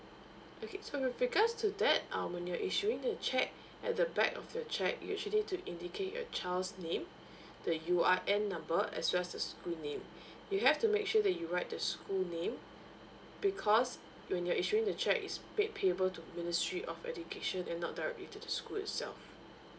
okay so with regards to that um when you're issuing the cheque at the back of your cheque usually to indicate your child's name the U_I_N number as well as the school name you have to make sure that you write the school name because when you are issuing the cheque is paid payable to ministry of education and not directly to the school itself